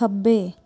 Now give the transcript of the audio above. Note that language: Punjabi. ਖੱਬੇ